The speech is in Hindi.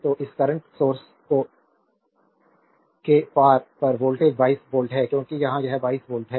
तो इस करंट सोर्स के पार यह वोल्टेज 22 वोल्ट है क्योंकि यहाँ यह 22 वोल्ट है